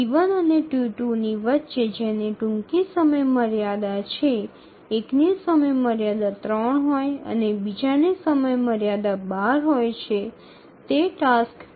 T1 এবং T2 এর মধ্যে যার প্রথমতম সময়সীমা রয়েছে যার একটির সময়সীমা ৩ এবং অন্যটির সময়সীমা ১২ থাকে